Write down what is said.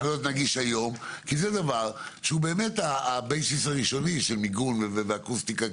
זה צריך להיות נגיש היום כי זה הבסיס הראשוני של מיגון ואקוסטיקה,